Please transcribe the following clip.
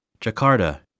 Jakarta